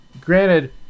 granted